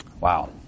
Wow